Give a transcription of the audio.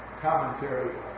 commentary